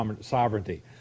Sovereignty